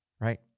Right